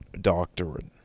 doctorate